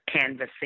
canvassing